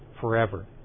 forever